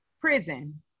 prison